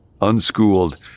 unschooled